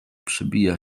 przebija